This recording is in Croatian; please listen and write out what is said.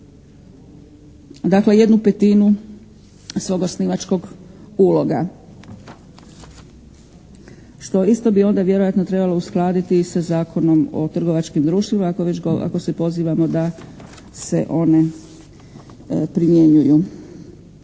dakle jednu petinu svog osnivačkog uloga što isto bi onda vjerojatno trebalo uskladiti i sa Zakonom o trgovačkim društvima ako se pozivamo da se one primjenjuju.